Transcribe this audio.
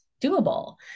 doable